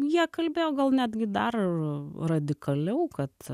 jie kalbėjo gal netgi dar radikaliau kad